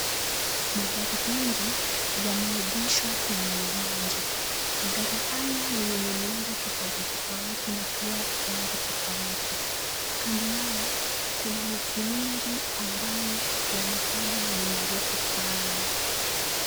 Magari mengi yameegeshwa kwenye uwanja. Magari haya ni yenye miundo tofauti tofauti na pia rangi tofauti. Kando yao, kuna miti nyingi ambazo zimepandwa na ni ndefu sana.